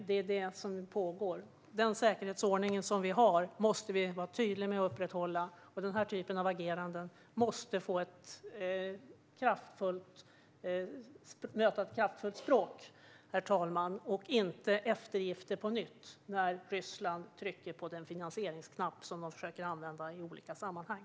Det är detta som pågår. Den säkerhetsordning vi har måste vi vara tydliga med att upprätthålla. Denna typ av agerande måste möta ett kraftfullt språk, inte eftergifter på nytt när Ryssland trycker på den finansieringsknapp som de försöker använda i olika sammanhang.